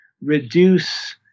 reduce